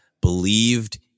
believed